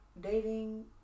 dating